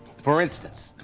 for instance.